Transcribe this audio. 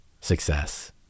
success